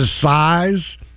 size